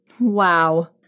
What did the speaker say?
Wow